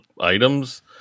items